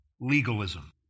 Legalism